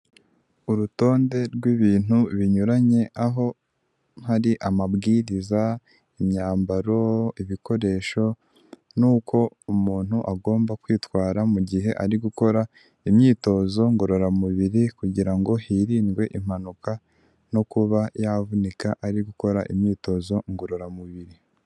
Urutonde rw' ibintu binyuranye aho hari amabwiriza, imyambaro, ibikoresho, nuko umuntu agomba kwitwara mu gihe ari gukora imyitozo ngororamubiri, kugira ngo hirindwe impanuka no kuba yavunika ari gukora imyitozo ngororamubiri.